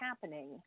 happening